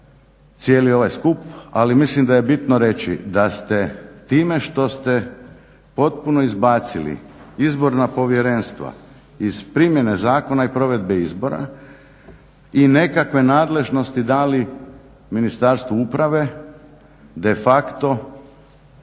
cijeli ovaj skup. Ali mislim da je bitno reći da ste time što ste potpuno izbacili izborna povjerenstva iz primjene zakona i provedbe izbora i nekakve nadležnosti dali Ministarstvu uprave, de facto